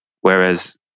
whereas